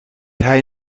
hij